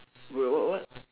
wait what what